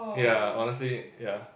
yeah honestly yeah